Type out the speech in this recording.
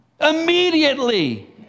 Immediately